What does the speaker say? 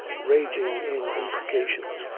raging in imprecations,